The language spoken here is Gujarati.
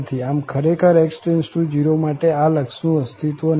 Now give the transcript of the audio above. આમ ખરેખર x→0 માટે આ લક્ષનું અસ્તિત્વ નથી